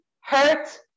hurt